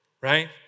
right